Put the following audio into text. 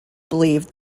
believe